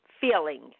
feeling